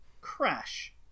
crash